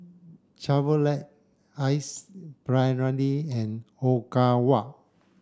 Chevrolet Ace Brainery and Ogawa